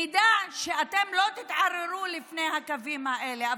שנדע שאתם לא תתערערו לפני הקווים האלה.